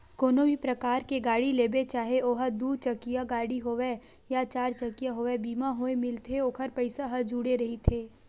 कोनो भी परकार के गाड़ी लेबे चाहे ओहा दू चकिया गाड़ी होवय या चरचकिया होवय बीमा होय मिलथे ओखर पइसा ह जुड़े रहिथे